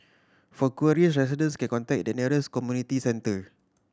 for queries resident can contact their nearest community centre